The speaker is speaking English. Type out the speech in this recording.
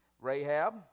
Rahab